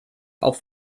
auf